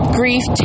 grief